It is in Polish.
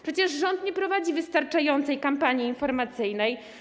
Przecież rząd nie prowadzi wystarczającej kampanii informacyjnej.